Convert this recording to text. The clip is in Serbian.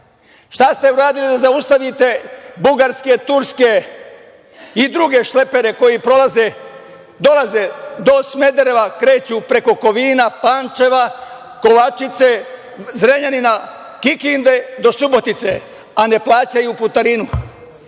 Šta ste uradili da zaustavite bugarske, turske i druge šlepere koji prolaze, dolaze do Smedereva, kreću preko Kovina, Pančeva, Kovačice, Zrenjanina, Kikinde do Subotice, a ne plaćaju putarinu?